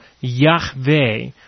Yahweh